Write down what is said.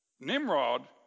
Nimrod